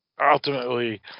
ultimately